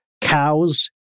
cows